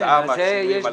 כתוצאה מהשינויים הללו.